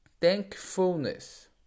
thankfulness